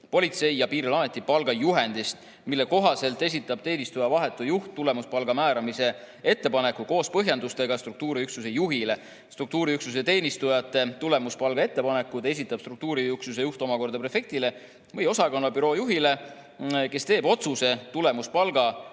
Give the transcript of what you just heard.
Politsei- ja Piirivalveameti palgajuhendist, mille kohaselt esitab teenistuja vahetu juht tulemuspalga määramise ettepaneku koos põhjendustega struktuuriüksuse juhile. Struktuuriüksuse teenistujate tulemuspalga ettepanekud esitab struktuuriüksuse juht omakorda prefektile või osakonna büroo juhile, kes teeb otsuse tulemuspalga